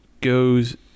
goes